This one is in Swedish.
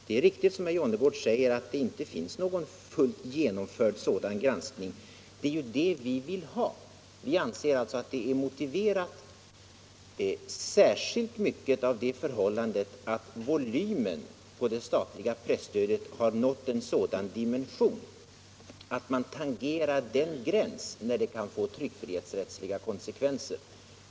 Det är riktigt som herr Jonnergård säger att det inte finns någon fullt genomförd sådan granskning, och det är just detta vi vill ha. Vi anser alltså att det är särskilt motiverat av det förhållandet att volymen på det statliga presstödet nu har nått en sådan dimension att man tangerar den gräns där det kan få tryckfrihetsrättsliga konsekvenser.